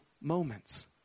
moments